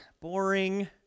boring